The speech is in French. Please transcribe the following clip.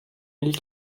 mille